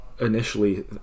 initially